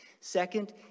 Second